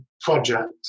project